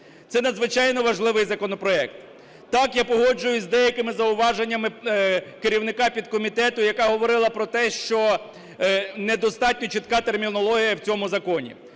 Це надзвичайно важливий законопроект. Так, я погоджуюсь з деякими зауваженнями керівника підкомітету, яка говорила про те, що недостатньо чітка термінологія в цьому законі.